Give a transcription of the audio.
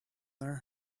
their